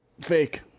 Fake